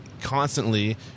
constantly